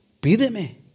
pídeme